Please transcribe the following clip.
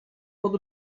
pod